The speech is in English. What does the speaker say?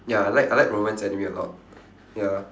ya I like I like romance anime a lot ya